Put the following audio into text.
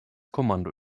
kommando